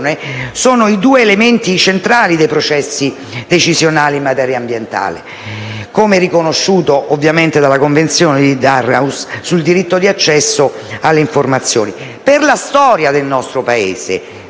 sono i due elementi centrali dei processi decisionali in materia ambientale, come riconosciuto dalla Convenzione di Aarhus sul diritto di accesso alle informazioni. Per la storia del nostro Paese,